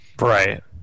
Right